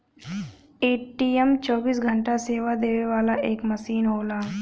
ATM चौबीस घंटा सेवा देवे वाला एक मसीन होला